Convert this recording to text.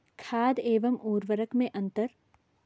खाद एवं उर्वरक में अंतर?